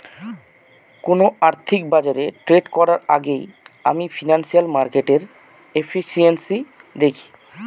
কোন আর্থিক বাজারে ট্রেড করার আগেই আমি ফিনান্সিয়াল মার্কেটের এফিসিয়েন্সি দেখি